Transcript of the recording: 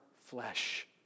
flesh